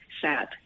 sad